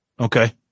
Okay